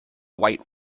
white